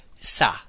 sa